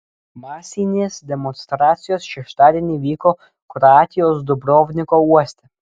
masinės demonstracijos šeštadienį vyko kroatijos dubrovniko uoste